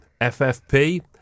FFP